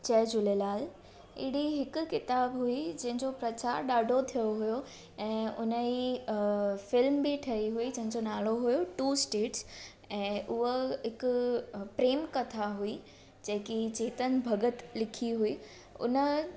जय झूलेलाल अहिड़ी हिकु किताबु हुई जंहिंजो प्रचार ॾाढो थियो हुयो ऐं उनजी फिल्म बि ठही हुई जंहिंजो नालो हुयो टू स्टेट्स ऐं उहा हिकु प्रेम कथा हुई जेकी चेतन भगत लिखी हुई उन